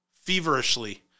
Feverishly